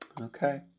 okay